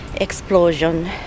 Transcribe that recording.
explosion